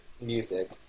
music